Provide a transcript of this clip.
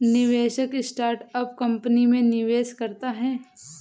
निवेशक startup company में निवेश करता है